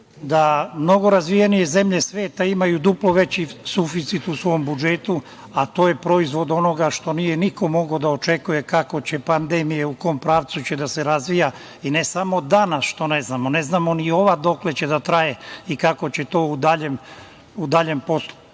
da mnogo razvijenije zemlje sveta imaju duplo veći suficit u svom budžetu, a to je proizvod onoga što niko nije mogao da očekuje kako će pandemija, u kom pravcu će da se razvija i ne samo danas što ne znamo, ne znamo ni ova dokle će da traje i kako će to u daljem postupku